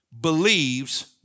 believes